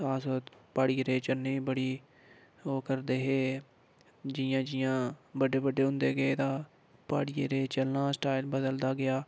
तां अस प्हाड़ी एरिया चढ़ने ई बड़ी ओह् करदे हे जि'यां जि'यां बड्डे बड्डे होंदे गे तां प्हाड़ी एरिये ई चलना स्टाइल बदलदा गेआ